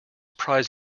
prize